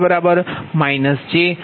33 p